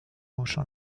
hochant